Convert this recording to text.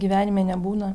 gyvenime nebūna